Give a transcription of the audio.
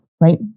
right